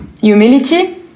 humility